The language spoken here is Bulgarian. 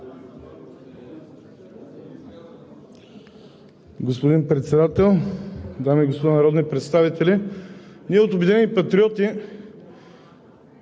Господин Председател, дами и господа народни представители! Ние от „Обединени патриоти“